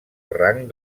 rang